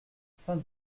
saint